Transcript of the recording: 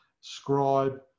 scribe